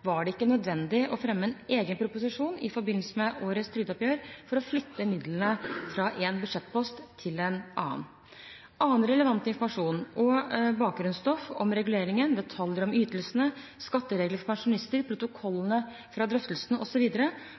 var det ikke nødvendig å fremme en egen proposisjon i forbindelse med årets trygdeoppgjør for å flytte midlene fra én budsjettpost til en annen. Annen relevant informasjon og bakgrunnsstoff om reguleringen, detaljer om ytelsene, skatteregler for pensjonister, protokollene fra drøftelsene osv.,